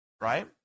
right